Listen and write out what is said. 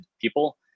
people